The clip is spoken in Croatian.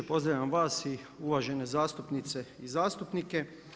Pozdravljam vas i uvažene zastupnice i zastupnike.